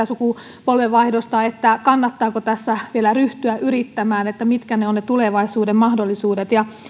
sukupolvenvaihdosta että kannattaako tässä vielä ryhtyä yrittämään mitkä ovat tulevaisuuden mahdollisuudet